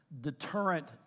deterrent